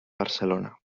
barcelona